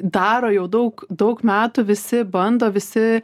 daro jau daug daug metų visi bando visi